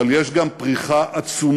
אבל יש גם פריחה עצומה